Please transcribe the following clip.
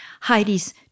Heidi's